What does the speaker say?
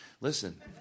Listen